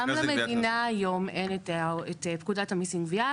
גם למדינה היום אין את פקודת המיסים (גבייה).